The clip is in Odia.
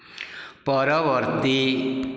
ପରବର୍ତ୍ତୀ